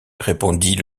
répondit